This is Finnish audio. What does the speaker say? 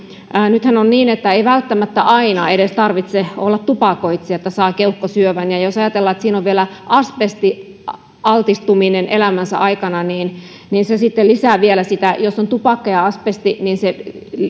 nythän on niin ettei välttämättä aina edes tarvitse olla tupakoitsija että saa keuhkosyövän jos ajatellaan että siinä on vielä asbestialtistuminen elämän aikana niin niin se sitten lisää vielä sitä ja jos on tupakka ja asbesti niin se